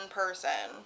person